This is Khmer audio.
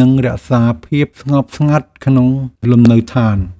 និងរក្សាភាពស្ងប់ស្ងាត់ក្នុងលំនៅឋាន។